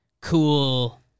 cool